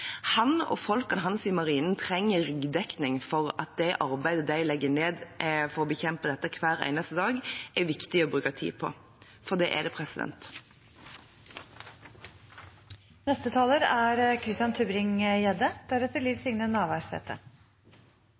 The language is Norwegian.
Han og folkene hans i Marinen trenger ryggdekning for at det arbeidet de legger ned for å bekjempe dette hver eneste dag, er viktig å bruke tid på – for det er det.